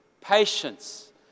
Patience